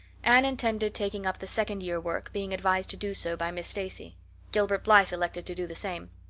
anne intended taking up the second year work being advised to do so by miss stacy gilbert blythe elected to do the same.